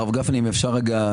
הרב גפני, אם אפשר רגע.